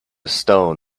stone